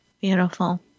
Beautiful